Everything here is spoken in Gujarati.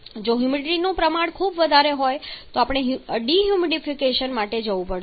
જો હ્યુમિડિટીનું પ્રમાણ ખૂબ વધારે હોય તો આપણે ડિહ્યુમિડિફિકેશન માટે જોવું પડશે